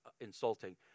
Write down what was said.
insulting